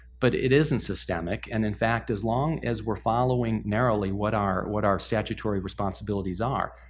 but it isn't systemic, and in fact, as long as we're following narrowly what our what our statutory responsibilities are,